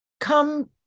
come